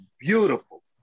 beautiful